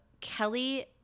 Kelly